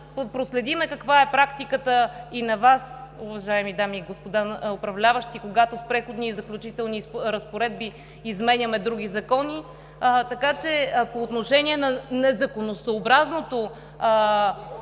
проследим каква е практиката и на Вас, уважаеми дами и господа управляващи, когато с Преходни и заключителни разпоредби изменяме други закони. По отношение на незаконосъобразното